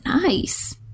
nice